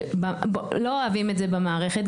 לא אוהבים את זה במערכת,